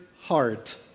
heart